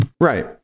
Right